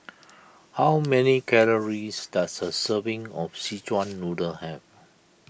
how many calories does a serving of Szechuan Noodle have